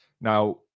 Now